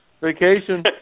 vacation